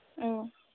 औ